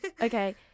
Okay